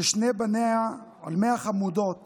ששני בניה, עלמי החמודות